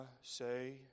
say